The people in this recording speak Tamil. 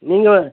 நீங்கள்